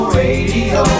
radio